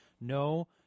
no